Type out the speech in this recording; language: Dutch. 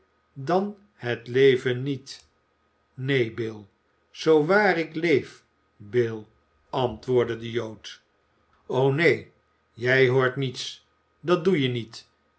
dan het leven niet neen bill zoo waar ik leef bill antwoordde de jood o neen jij hoort niets dat doe je niet